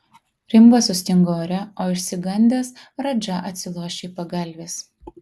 rimbas sustingo ore o išsigandęs radža atsilošė į pagalves